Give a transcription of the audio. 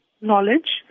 knowledge